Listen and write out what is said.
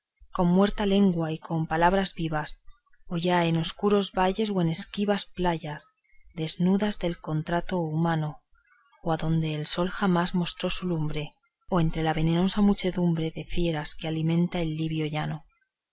con muerta lengua y con palabras vivas o ya en escuros valles o en esquivas playas desnudas de contrato humano o adonde el sol jamás mostró su lumbre o entre la venenosa muchedumbre de fieras que alimenta el libio llano